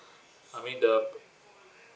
I mean the